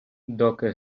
доки